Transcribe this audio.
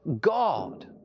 God